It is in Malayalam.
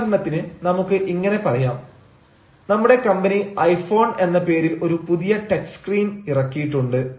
ഉദാഹരണത്തിന് നമുക്ക് ഇങ്ങനെ പറയാം നമ്മുടെ കമ്പനി ഐഫോൺ എന്ന പേരിൽ ഒരു പുതിയ ടച്ച് സ്ക്രീനും ഇറക്കിയിട്ടുണ്ട്